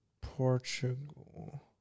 Portugal